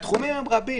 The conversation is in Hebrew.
התחומים רבים